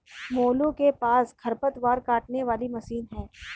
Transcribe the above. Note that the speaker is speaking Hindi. मोलू के पास खरपतवार काटने वाली मशीन है